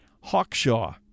Hawkshaw